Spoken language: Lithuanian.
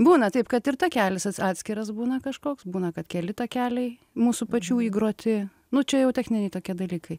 būna taip kad ir takelis ats atskiras būna kažkoks būna kad keli takeliai mūsų pačių įgroti nu čia jau techniniai tokie dalykai